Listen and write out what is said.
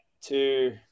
two